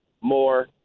more